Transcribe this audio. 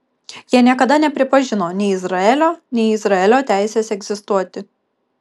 jie niekada nepripažino nei izraelio nei izraelio teisės egzistuoti